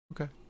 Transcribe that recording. Okay